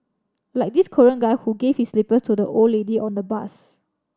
like this Korean guy who gave his slippers to the old lady on the bus